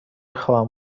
خواهم